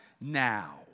now